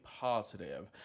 positive